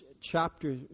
chapter